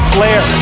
Flair